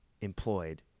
employed